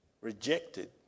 Rejected